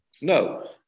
No